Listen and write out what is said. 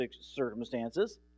circumstances